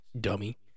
Dummy